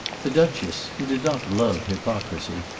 the duchess, who did not love hypocrisy,